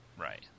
Right